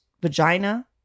vagina